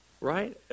right